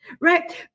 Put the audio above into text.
right